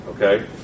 okay